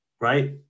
right